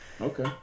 Okay